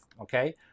okay